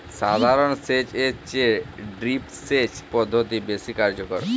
সাধারণ সেচ এর চেয়ে ড্রিপ সেচ পদ্ধতি বেশি কার্যকর